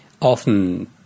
often